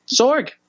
Sorg